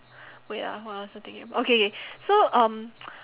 wait ah what was I thinking okay K so um